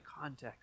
context